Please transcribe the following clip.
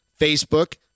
Facebook